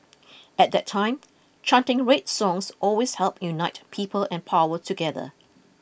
at that time chanting red songs always helped unite people and power together